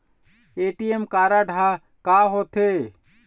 ATM card हा का होते?